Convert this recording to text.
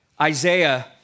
Isaiah